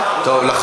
טוב,